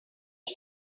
him